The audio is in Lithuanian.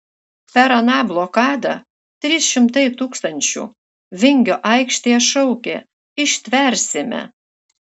per aną blokadą trys šimtai tūkstančių vingio aikštėje šaukė ištversime